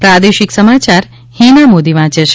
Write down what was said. પ્રાદેશિક સમાયાર હિના મોદી વાંચ છે